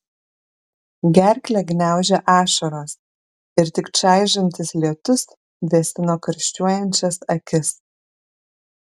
gerklę gniaužė ašaros ir tik čaižantis lietus vėsino karščiuojančias akis